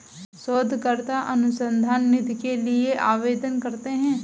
शोधकर्ता अनुसंधान निधि के लिए आवेदन करते हैं